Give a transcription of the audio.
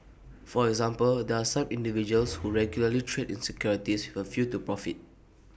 for example there are some individuals who regularly trade in securities with A view to profit